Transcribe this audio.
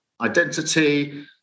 identity